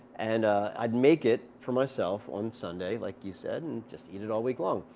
and i'd make it for myself on sunday, like you said, and just eat it all week long.